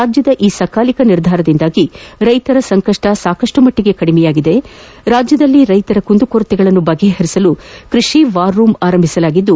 ರಾಜ್ಯದ ಈ ಸಕಾಲಿಕ ನಿರ್ಧಾರದಿಂದ ರೈತರ ಸಂಕಪ್ಪ ಸಾಕಪ್ಪು ಮಟ್ಟಗೆ ನಿವಾರಣೆಯಾಗಿದೆ ರಾಜ್ಯದಲ್ಲಿ ರೈತರ ಕುಂದುಕೊರತೆಗಳನ್ನು ಬಗೆಹರಿಸಲು ಕೈಷಿ ವಾರ್ ರೂಮ್ ಆರಂಭಿಸಿದ್ದು